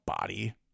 body